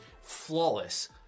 flawless